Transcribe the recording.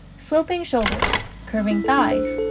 sloping shoulders, curving thighs,